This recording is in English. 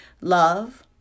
Love